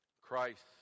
Christ